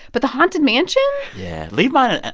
but the haunted mansion? yeah. leave mine at,